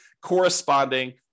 corresponding